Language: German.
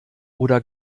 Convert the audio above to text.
oder